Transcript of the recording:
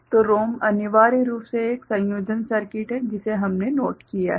तो ROM अनिवार्य रूप से एक संयोजन सर्किट है जिसे हमने नोट किया है